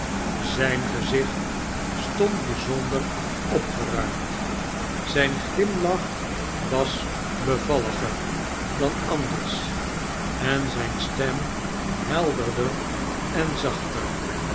zijn gezicht stond bijzonder opgeruimd zijn glimlach was bevalliger dan anders en zijne stem helderder en zachter